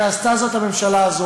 ועשתה זאת הממשלה הזאת.